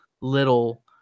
little